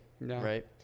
Right